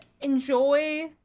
enjoy